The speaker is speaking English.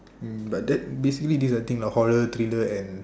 mm but that basically these are the things like horror thriller and